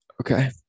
okay